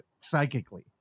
psychically